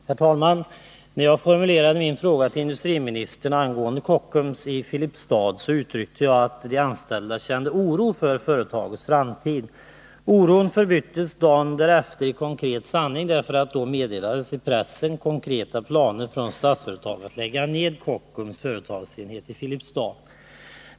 Herr talman! När jag formulerade min fråga till industriministern angående Kockums i Filipstad, anförde jag att de anställda kände oro för företagets framtid. Oron förbyttes dagen därefter i konkret visshet, därför att det då i pressen meddelades konkreta planer från Statsföretags sida på att lägga ned Kockums företagsenhet i Filipstad.